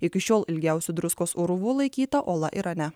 iki šiol ilgiausiu druskos urvu laikyta ola irane